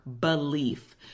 belief